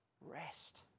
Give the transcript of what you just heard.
rest